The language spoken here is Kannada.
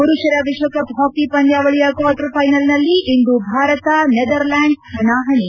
ಪುರುಷರ ವಿಶ್ವಕಪ್ ಹಾಕಿ ಪಂದ್ಯಾವಳಿಯ ಕ್ವಾರ್ಟರ್ ಫೈನಲ್ಸ್ನಲ್ಲಿ ಇಂದು ಭಾರತ ನೆದರ್ಲ್ಯಾಂಡ್ಸ್ ಹಣಾಹಣಿ